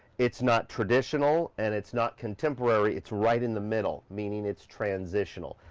it's not traditional and it's not contemporary, it's right in the middle. meaning it's transitional.